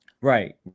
Right